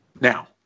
Now